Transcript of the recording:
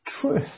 truth